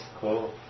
Cool